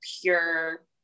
pure